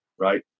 right